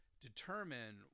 determine